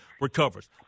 recovers